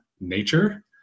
nature